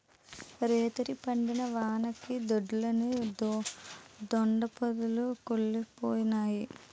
రేతిరి పడిన వానకి దొడ్లోని దొండ పాదులు కుల్లిపోనాయి